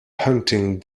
hunting